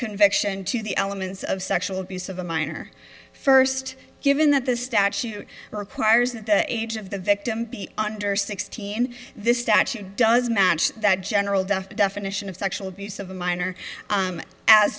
conviction to the elements of sexual abuse of a minor first given that the statute requires that the age of the victim be under sixteen this statute does match that general the definition of sexual abuse of a minor